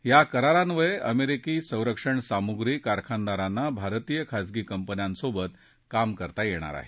या करारान्वये अमेरिकी संरक्षण सामुप्री कारखानदारांना भारतीय खासगी कंपन्यांसोबत काम करता येईल